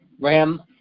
Ram